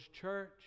church